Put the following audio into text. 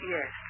Yes